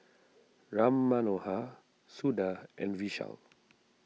Ram Manohar Suda and Vishal